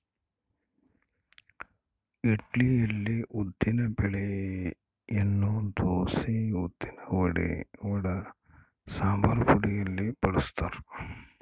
ಇಡ್ಲಿಯಲ್ಲಿ ಉದ್ದಿನ ಬೆಳೆಯನ್ನು ದೋಸೆ, ಉದ್ದಿನವಡ, ಸಂಬಾರಪುಡಿಯಲ್ಲಿ ಬಳಸ್ತಾರ